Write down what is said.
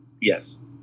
Yes